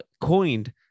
coined